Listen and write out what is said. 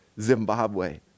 Zimbabwe